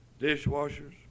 dishwashers